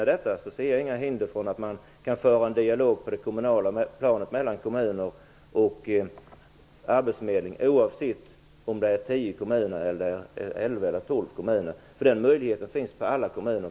Om detta försvinner ser jag inga hinder för att man skulle kunna föra en dialog mellan kommuner och arbetsförmedling, oavsett om det handlar om tio, elva eller tolv kommuner. Möjligheten att föra en dialog finns i alla kommuner.